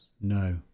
No